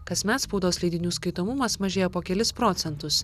kasmet spaudos leidinių skaitomumas mažėja po kelis procentus